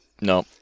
no